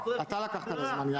אתה לקחת לה זמן, יאיר.